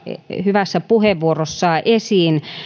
hyvässä puheenvuorossaan esiin